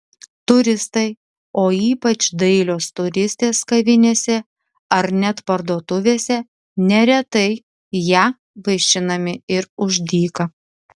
turistai o ypač dailios turistės kavinėse ar net parduotuvėse neretai ja vaišinami ir už dyką